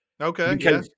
okay